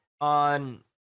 on